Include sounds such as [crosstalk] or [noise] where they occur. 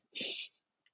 [breath]